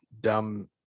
dumb